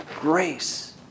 grace